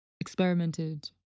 experimented